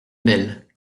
bel